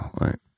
right